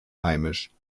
heimisch